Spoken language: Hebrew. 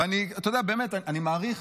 ואני באמת מעריך